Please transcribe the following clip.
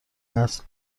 نسل